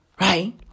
Right